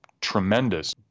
tremendous